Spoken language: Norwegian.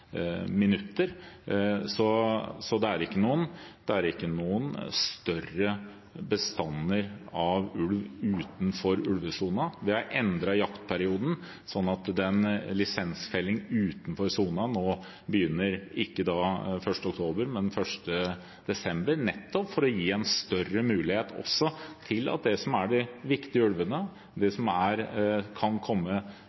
noen minutter. Så det er ikke noen større bestander av ulv utenfor ulvesonen. Vi har endret jaktperioden sånn at lisensfelling utenfor sonen nå ikke begynner 1. oktober, men 1. desember, nettopp for å gi en større mulighet for at det som er de viktige ulvene,